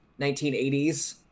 1980s